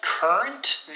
Current